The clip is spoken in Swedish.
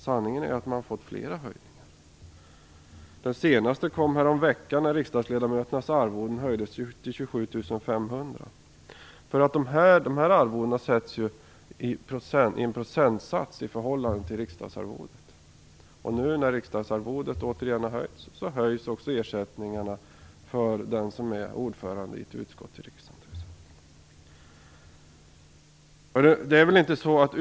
Sanningen är att man fått flera höjningar. Den senaste kom härom veckan när riksdagsledamöternas arvoden höjdes till 27 500 kr. De här arvodena sätts ju som en procentsats i förhållande till riksdagsarvodet. När nu riksdagsarvodet återigen har höjts så höjs också ersättningarna för t.ex. den som är ordförande i ett utskott.